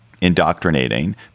indoctrinating